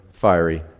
fiery